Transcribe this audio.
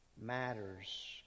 matters